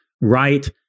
right